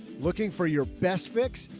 looking for your best fix,